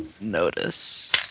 Notice